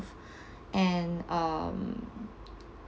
and um